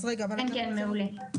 כן, מעולה.